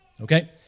Okay